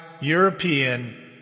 European